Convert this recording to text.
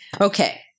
Okay